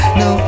no